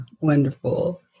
wonderful